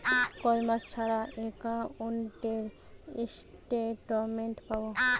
কয় মাস ছাড়া একাউন্টে স্টেটমেন্ট পাব?